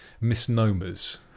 misnomers